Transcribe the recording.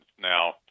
now